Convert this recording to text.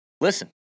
Listen